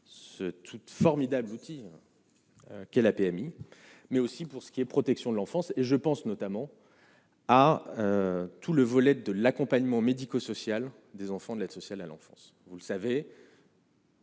ce toutes formidable outil qu'est la PMI, mais aussi pour ce qui est protection de l'enfance, et je pense notamment à tout le volet de l'accompagnement médico- social des enfants de l'aide sociale à l'enfance, vous le savez.